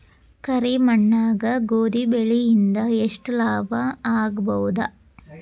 ಕರಿ ಮಣ್ಣಾಗ ಗೋಧಿ ಬೆಳಿ ಇಂದ ಎಷ್ಟ ಲಾಭ ಆಗಬಹುದ?